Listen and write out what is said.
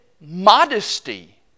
modesty